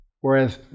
Whereas